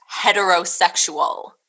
heterosexual